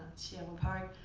jee-young park,